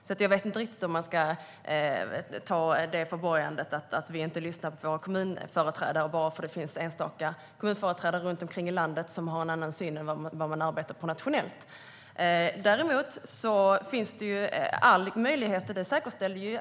Jag vet inte om man riktigt ska ta det som ett förborgande att vi inte lyssnar på våra kommunföreträdare bara för att det finns enstaka kommunföreträdare runt omkring i landet som har en annan syn än vad man har om man arbetar nationellt.